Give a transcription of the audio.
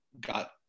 got